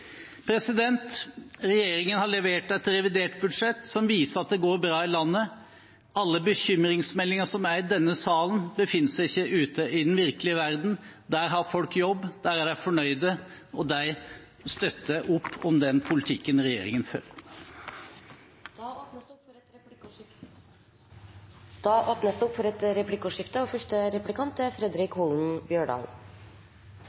Regjeringen har levert et revidert budsjett som viser at det går bra i landet. Alle bekymringsmeldinger som er i denne salen, befinner seg ikke ute i den virkelige verden. Der har folk jobb, der er de fornøyde, og de støtter opp om den politikken regjeringen fører. Det blir replikkordskifte. Det er jo ikkje unaturleg at det er diskusjon mellom enkeltparti i ei regjering. Det som er